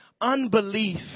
Unbelief